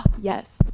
yes